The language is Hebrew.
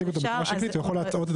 להציג את זה בצורה שקלית עלול להטעות את